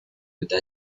utah